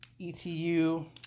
ETU